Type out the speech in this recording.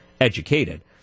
educated